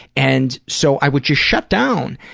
and so, i would just shut down.